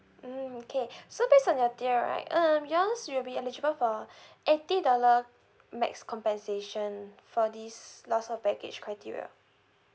mm okay so based on your tier right um yours will be eligible for eighty dollar max compensation for this loss of baggage criteria